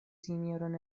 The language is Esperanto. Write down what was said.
sinjoron